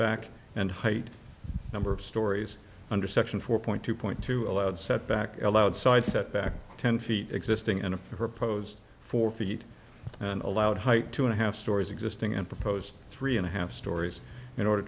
back and height number of stories under section four point two point two allowed set back allowed side set back ten feet existing in a proposed four feet allowed height two and a half stories existing and proposed three and a half stories in order